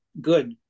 good